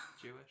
Jewish